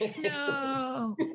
No